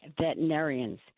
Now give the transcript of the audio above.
veterinarians